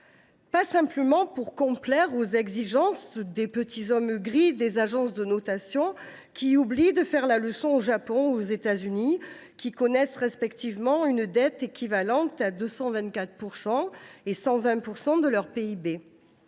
Pas simplement pour complaire aux exigences des petits hommes gris des agences de notation, qui oublient de faire la leçon au Japon et aux ֤États Unis, lesquels connaissent respectivement une dette équivalente à 224 % et 120 % de leur PIB.